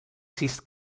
sis